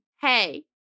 hey